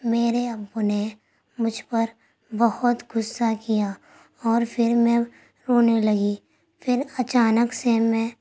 میرے ابو نے مجھ پر بہت غصہ کیا اور پھر میں رونے لگی پھر اچانک سے میں